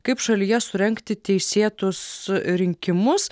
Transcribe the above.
kaip šalyje surengti teisėtus rinkimus